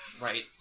Right